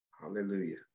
Hallelujah